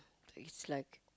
it's like